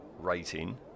rating